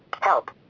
Help